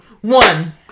one